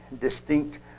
distinct